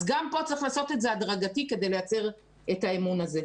אז גם פה צריך לעשות את זה הדרגתי כדי לייצר את האמון הזה.